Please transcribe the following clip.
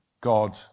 God